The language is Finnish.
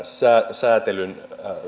sääntelyn